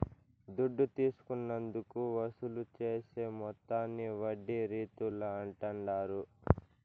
దుడ్డు తీసుకున్నందుకు వసూలు చేసే మొత్తాన్ని వడ్డీ రీతుల అంటాండారు